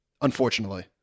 unfortunately